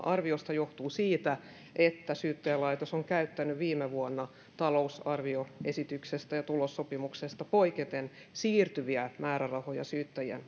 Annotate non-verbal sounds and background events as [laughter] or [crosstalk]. [unintelligible] arviosta johtuu siitä että syyttäjälaitos on käyttänyt viime vuonna talousarvioesityksestä ja tulossopimuksesta poiketen siirtyviä määrärahoja syyttäjien [unintelligible]